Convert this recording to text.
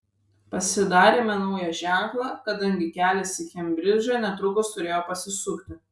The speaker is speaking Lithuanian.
pasidarėme naują ženklą kadangi kelias į kembridžą netrukus turėjo pasisukti